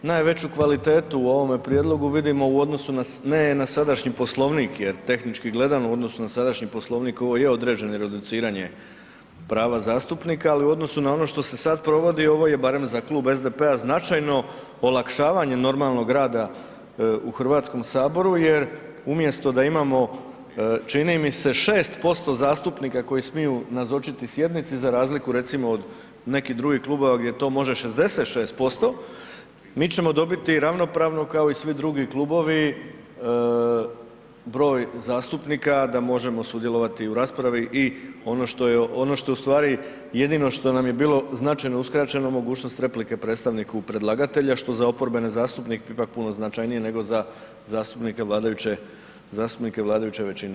Najveću kvalitetu u ovome prijedlogu vidimo u odnosu ne na sadašnji Poslovnik jer tehnički gledano, u odnosu na sadašnji Poslovnik, ovo je određeno reduciranje prava zastupnika, ali u odnosu na ono što se sad provodi, ovo je, barem za Klub SDP-a značajno olakšavanje normalnog rada u HS-u jer umjesto da imamo, čini mi se 6% zastupnika koji smiju nazočiti sjednici, za razliku recimo od, nekih drugih klubova gdje to može 66%, mi ćemo dobiti ravnopravno kao i svi drugi klubovi broj zastupnika da možemo sudjelovati u raspravi i ono što je što je ustvari jedino što nam je bilo značajno uskraćeno, mogućnost replike predstavniku predlagatelja što za oporbene zastupnike ipak puno značajnije nego za zastupnike vladajuće većine.